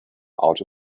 outer